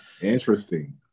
interesting